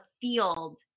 field